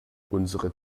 unsere